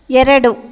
ಎರಡು